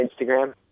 Instagram